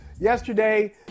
Yesterday